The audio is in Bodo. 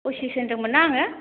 फचिस होनदोंमोन ना आङो